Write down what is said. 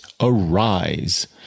arise